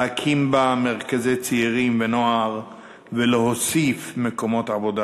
להקים בה מרכזי צעירים ונוער ולהוסיף מקומות עבודה.